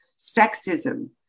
sexism